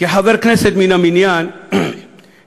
כחבר כנסת מן המניין "נהניתי"